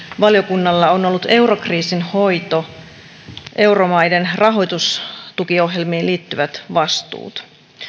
valiokunnalla on ollut eurokriisin hoito ja euromaiden rahoitustukiohjelmiin liittyvät vastuut